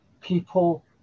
people